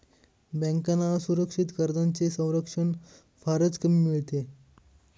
बँकांना असुरक्षित कर्जांचे संरक्षण फारच कमी मिळते